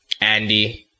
andy